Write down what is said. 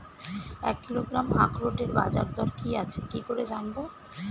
এক কিলোগ্রাম আখরোটের বাজারদর কি আছে কি করে জানবো?